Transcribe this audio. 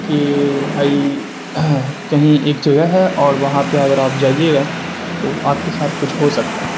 کہ بھائی کہیں ایک جگہ ہے اور وہاں پہ اگر آپ جائیے گا تو آپ کے ساتھ کچھ ہو سکتا ہے